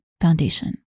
foundation